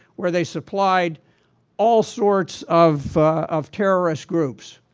where they supplied all sorts of of terrorist groups.